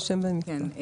כן.